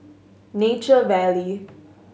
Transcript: Nature Valley